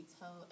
tell